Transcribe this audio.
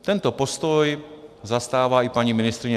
Tento postoj zastává i paní ministryně.